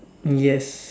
yes